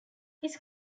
his